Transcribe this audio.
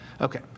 Okay